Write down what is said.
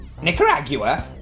Nicaragua